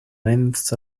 lengths